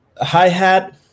hi-hat